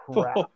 crap